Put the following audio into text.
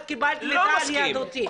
את קיבלת מידע על יהדותי.